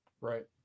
Right